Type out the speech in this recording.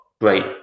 great